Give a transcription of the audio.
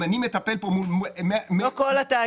אם אני מטפל פה --- לא כל התאגידים.